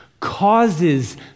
causes